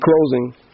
closing